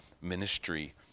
ministry